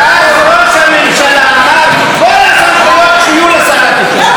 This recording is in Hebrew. ואז ראש הממשלה אמר שכל הסמכויות יהיו לשר התקשורת,